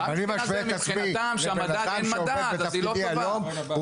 אם אני משווה את עצמי לבן אדם שעובד בתפקידי היום,